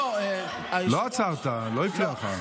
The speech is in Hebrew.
לא עצרת, היא לא הפריעה לך.